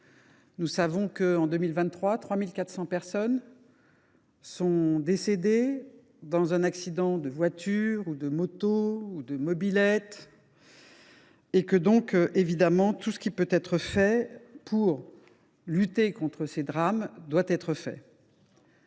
nous savons que, en 2023, 3 400 personnes sont décédées dans un accident de voiture, de moto ou de mobylette. Tout ce qui peut être fait pour lutter contre ces drames doit être fait.